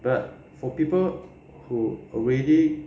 but for people who already